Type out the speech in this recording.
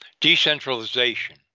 Decentralization